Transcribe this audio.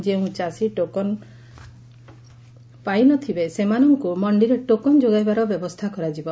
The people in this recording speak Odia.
ଯେଉଁ ଚାଷୀ ଟୋକନ୍ ପାଇ ନ ଥିବେ ସେମାନଙ୍କୁ ମଖିରେ ଟୋକନ୍ ଯୋଗାଇବାର ବ୍ୟବସ୍ଚା କରାଯିବ